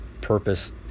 purpose